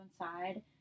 inside